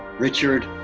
richard